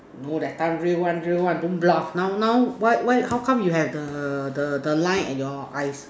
no that time real one real one don't bluff now now why why how come you have the the the lines at your eyes